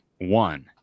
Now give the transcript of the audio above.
one